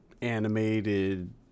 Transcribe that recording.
animated